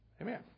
amen